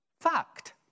Fact